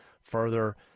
further